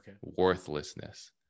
Worthlessness